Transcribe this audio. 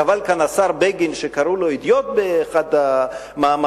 קבל כאן השר בגין שקראו לו "אידיוט" באחד המאמרים,